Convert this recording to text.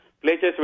places